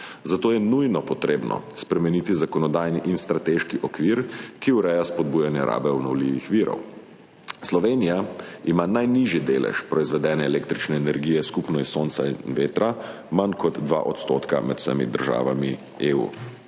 Zato je treba nujno spremeniti zakonodajni in strateški okvir, ki urejata spodbujanje rabe obnovljivih virov. Slovenija ima najnižji delež proizvedene električne energije, skupno iz sonca in vetra manj kot 2 %, med vsemi državami EU,